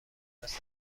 سبزی